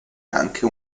anche